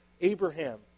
Abraham